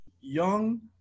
young